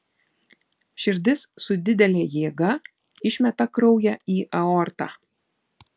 širdis su didele jėga išmeta kraują į aortą